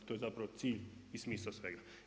To je zapravo cilj i smisao svega.